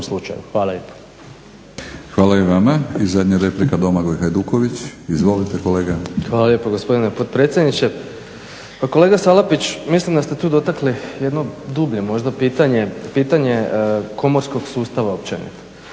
Hvala i vama.